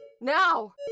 Now